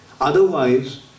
Otherwise